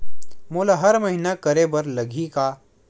मोला हर महीना करे बर लगही का?